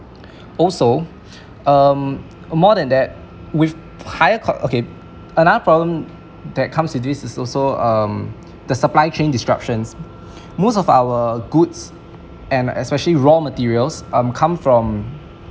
also um more than that with higher c~ okay another problem that comes with this is also um the supply chain disruptions most of our goods and especially raw materials um come from